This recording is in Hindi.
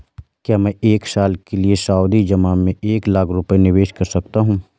क्या मैं एक साल के लिए सावधि जमा में एक लाख रुपये निवेश कर सकता हूँ?